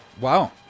Wow